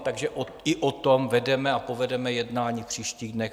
Takže i o tom vedeme a povedeme jednání v příštích dnech.